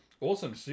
Awesome